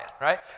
right